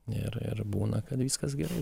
ir ir būna kad viskas gerai